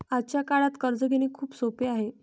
आजच्या काळात कर्ज घेणे खूप सोपे आहे